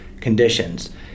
conditions